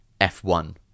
f1